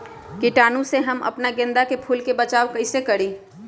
कीटाणु से हम अपना गेंदा फूल के बचाओ कई से करी?